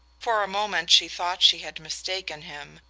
for a moment she thought she had mistaken him,